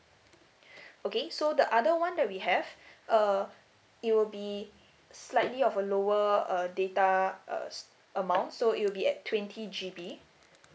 okay so the other one that we have uh it will be slightly of a lower uh data uh amount so it will be at twenty G_B